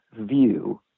view